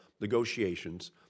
negotiations